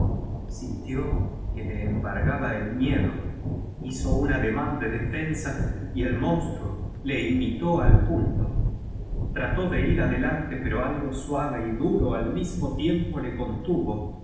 sintió que le embar gaba el miedo hizo un ademán de defensa y el monstruo le imitó al punto trató de ir adelante pero algo suave y duro al mismo tiempo le contuvo